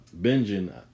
binging